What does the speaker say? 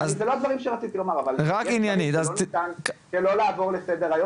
זה לא הדברים שרציתי לומר אבל לא ניתן שלא לעבור לסדר היום